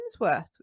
Hemsworth